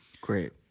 Great